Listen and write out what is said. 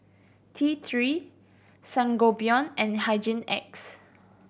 T Three Sangobion and Hygin X